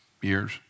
years